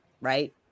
right